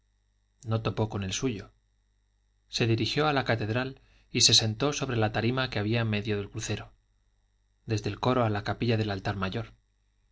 no topó con el suyo se dirigió a la catedral y se sentó sobre la tarima que había en medio del crucero desde el coro a la capilla del altar mayor